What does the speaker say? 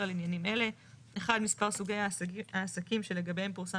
על עניינים אלה: 1. מספר סוגי העסקים שלגביהם פורסם